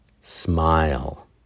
Smile